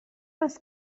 است